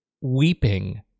weeping